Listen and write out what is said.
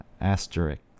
asterisk